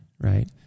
Right